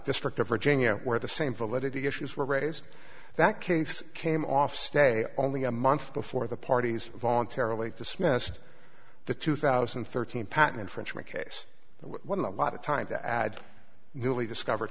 district of virginia where the same validity issues were raised in that case came off stay only a month before the parties voluntarily dismissed the two thousand and thirteen patent infringement case when a lot of time to add newly discovered